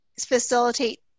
facilitate